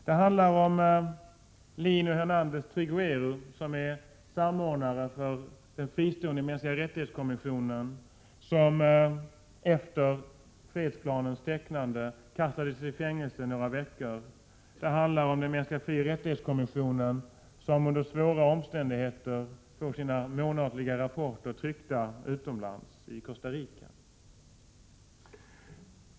Det handlar om Lino Hernandez Triguero, som är samordnare för den fristående kommissionen för mänskliga rättigheter, som efter uppgörandet av fredsplanen kastades i fängelse några veckor. Och det handlar om kommissionen för mänskliga frioch rättigheter, som under svåra omständigheter får sina månatliga rapporter tryckta utomlands, i Costa Rica.